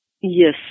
Yes